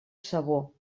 sabó